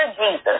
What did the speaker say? Jesus